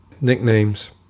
nicknames